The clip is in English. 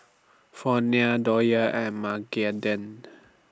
Fronia Dollye and Magdalen